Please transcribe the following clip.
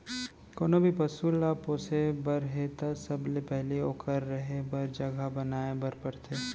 कोनों भी पसु ल पोसे बर हे त सबले पहिली ओकर रहें बर जघा बनाए बर परथे